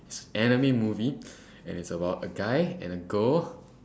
it's anime movie and is about a guy and a girl